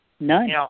None